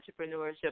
entrepreneurship